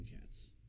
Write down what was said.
cats